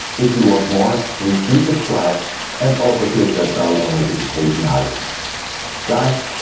if you want more, please do subscribe and also click that bell or notification icon guys,